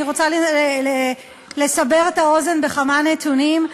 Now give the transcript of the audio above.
אני רוצה לסבר את האוזן בכמה נתונים.